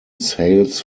sales